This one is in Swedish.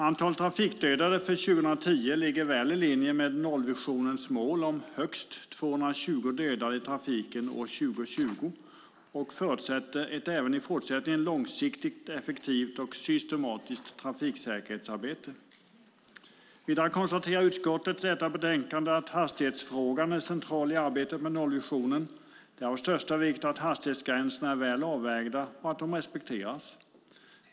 Antalet trafikdödade för 2010 ligger väl i linje med nollvisionens mål om högst 220 dödade i trafiken år 2020. Det förutsätter även i fortsättningen ett långsiktigt, effektivt och systematiskt trafiksäkerhetsarbete. Vidare konstaterar utskottet i detta betänkande att hastighetsfrågan är central i arbetet med nollvisionen. Det är av största vikt att hastighetsgränserna är väl avvägda och att de respekteras.